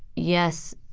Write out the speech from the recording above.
yes,